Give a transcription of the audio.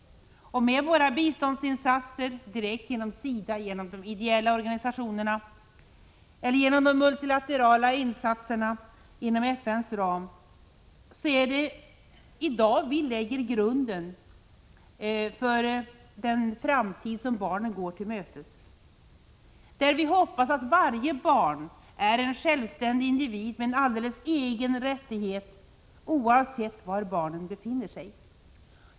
Med våra biståndsinsatser direkt genom SIDA, genom de ideella organisationerna eller genom de multilaterala insatserna inom FN:s ram är det i dag vi lägger grunden för den framtid som barnen går till mötes. I den framtiden hoppas vi att varje barn är en självständig individ med en alldeles egen rättighet oavsett var barnet befinner sig.